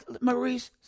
Maurice